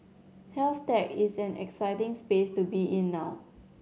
health tech is an exciting space to be in now